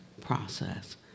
process